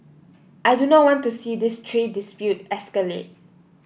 I do not want to see this trade dispute escalate